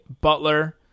Butler